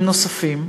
נוספים.